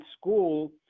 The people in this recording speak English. school